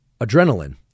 adrenaline